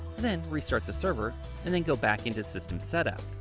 then restart the server and then go back into system setup.